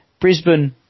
brisbane